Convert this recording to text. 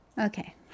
Okay